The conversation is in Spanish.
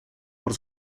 por